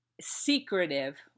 secretive